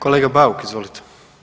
Kolega Bauk, izvolite.